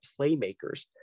playmakers